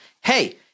hey